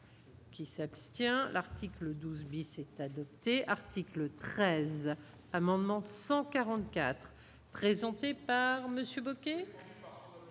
Qui s'abstient, l'article 12 bis est adopté article 13 amendements 144 présenté par Monsieur